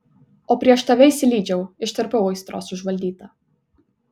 o prieš tave išsilydžiau ištirpau aistros užvaldyta